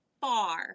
far